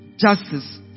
justice